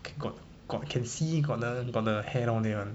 got got can see got the got the hair down there [one]